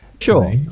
Sure